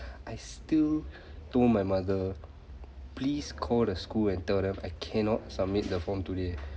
I still told my mother please call the school and tell them I cannot submit the form today